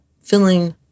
feeling